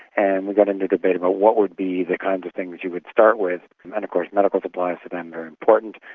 and we got into a debate about what would be the kinds of things that you would start with. and of course medical supplies for them, very important,